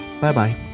Bye-bye